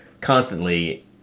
constantly